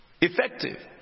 effective